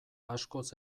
askoz